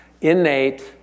innate